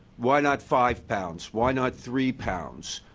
why not five pounds? why not three pounds?